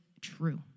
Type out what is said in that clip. true